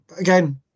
Again